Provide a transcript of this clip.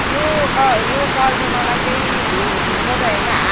यो क यो सल चाहिँ मलाई चाहिँ झु झुम्रो त होइन हात